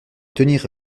tenir